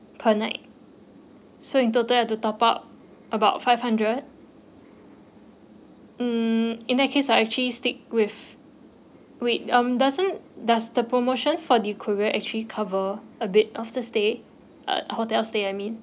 per night so in total have to top up about five hundred um in that case I'll actually stick with wait um doesn't does the promotion for the korea actually cover a bit of the stay at hotel stay I mean